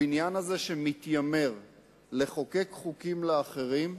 הבניין הזה, שמתיימר לחוקק חוקים לאחרים,